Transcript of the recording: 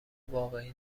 واقعی